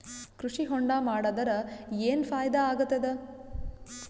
ಕೃಷಿ ಹೊಂಡಾ ಮಾಡದರ ಏನ್ ಫಾಯಿದಾ ಆಗತದ?